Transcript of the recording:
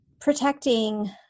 protecting